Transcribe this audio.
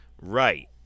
right